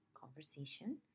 conversation